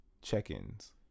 check-ins